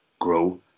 grow